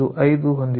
5 ಹೊಂದಿದೆ